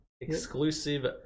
Exclusive